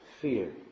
fear